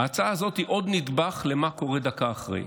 ההצעה הזאת היא עוד נדבך במה שקורה דקה אחרי.